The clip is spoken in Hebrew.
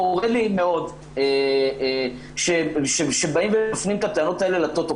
חורה לי מאוד שבאים ומפנים את הטענות האלה לטוטו.